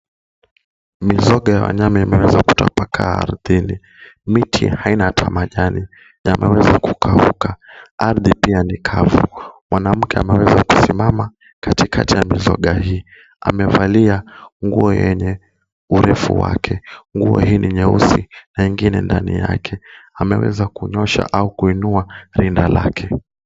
Mizoga ya wanyama imeweza kutapakaa ardhini. Miti haina ata majani yameweza kukauka. Ardhi pia ni kavu. Mwanamke ameweza kusimama katikati ya mizoga hii. Amevalia nguo yenye urefu wake. Nguo hili ni nyeusi na ingine ndani yake. Ameweza kunyoosha au kuinua rinda lake.